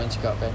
cakap kan